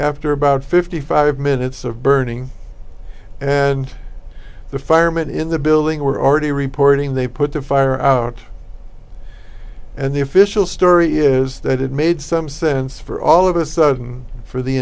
after about fifty five minutes of burning and the firemen in the building were already reporting they put the fire out and the official story is that it made some sense for all of a sudden for the